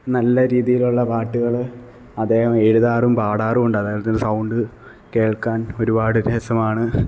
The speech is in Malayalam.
നല്ല രീതിയിലുള്ള പാട്ടുകൾ അദ്ദേഹം എഴുതാറും പാടാറും ഉണ്ട് അദ്ദേഹത്തിന്റെ സൗണ്ട് കേള്ക്കാന് ഒരുപാട് രസമാണ്